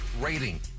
rating